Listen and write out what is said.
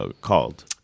called